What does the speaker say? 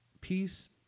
peace